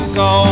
go